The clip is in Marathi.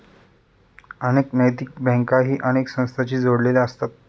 अनेक नैतिक बँकाही अनेक संस्थांशी जोडलेले असतात